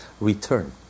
return